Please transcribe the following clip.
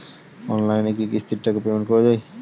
অনলাইনে কি কিস্তির টাকা পেমেন্ট করা যায়?